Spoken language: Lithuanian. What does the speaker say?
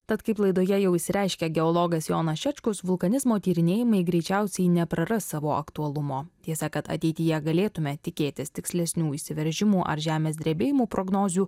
tad kaip laidoje jau išsireiškė geologas jonas šečkus vulkanizmo tyrinėjimai greičiausiai nepraras savo aktualumo tiesa kad ateityje galėtume tikėtis tikslesnių išsiveržimų ar žemės drebėjimų prognozių